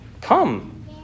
Come